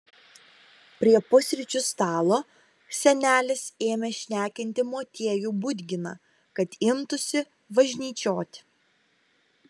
prie pusryčių stalo senelis ėmė šnekinti motiejų budginą kad imtųsi važnyčioti